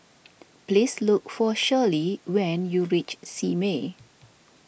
please look for Shirlee when you reach Simei